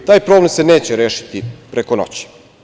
Taj problem se neće rešiti preko noći.